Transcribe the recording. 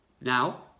Now